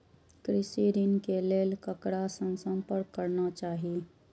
कृषि ऋण के लेल ककरा से संपर्क करना चाही?